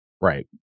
Right